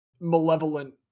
malevolent